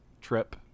trip